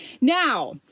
Now